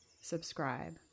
subscribe